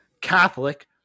Catholic